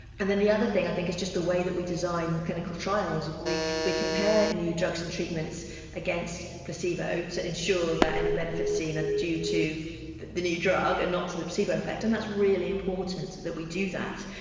and then the other thing i think is just the way that we design clinical trials. we we compare new drugs and treatments against placebo to ensure that any benefits seen are due to the new drug and not to the placebo effect, and that's really important that we do that.